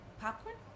popcorn